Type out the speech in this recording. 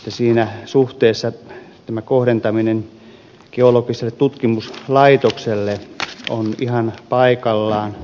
siinä suhteessa tämä kohdentaminen geologian tutkimuskeskukselle on ihan paikallaan